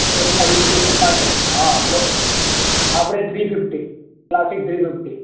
એની modification માટે હા આપણે three fifty classic three fifty